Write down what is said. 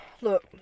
Look